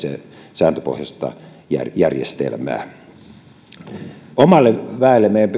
sääntöpohjaista järjestelmää omalle väelle meidän